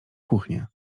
kuchnie